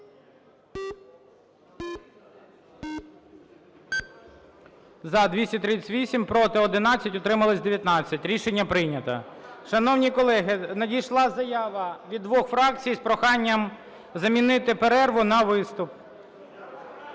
За-238 Проти – 11, утрималися – 19. Рішення прийнято. Шановні колеги, надійшла заява від двох фракцій з проханням замінити перерву на виступ.